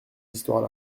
histoires